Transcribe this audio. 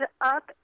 up